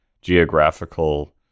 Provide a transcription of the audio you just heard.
geographical